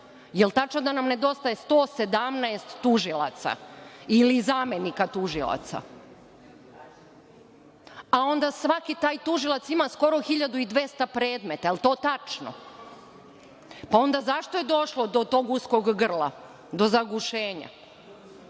Jel tačno da nam nedostaje 117 tužilaca ili zamenika tužilaca? A onda svaki taj tužilac ima skoro 1.200 predmeta. Jel to tačno? Zašto je došlo do tog uskog grla do zagušenja?